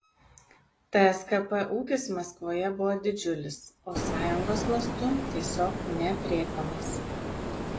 tskp ūkis maskvoje buvo didžiulis o sąjungos mastu tiesiog neaprėpiamas